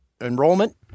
enrollment